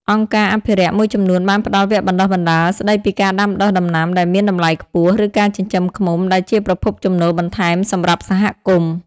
អង្គការអភិរក្សមួយចំនួនបានផ្តល់វគ្គបណ្តុះបណ្តាលស្តីពីការដាំដុះដំណាំដែលមានតម្លៃខ្ពស់ ឬការចិញ្ចឹមឃ្មុំ ដែលជាប្រភពចំណូលបន្ថែមសម្រាប់សហគមន៍។